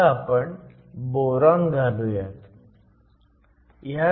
इथं आपण बोरॉन घालूयात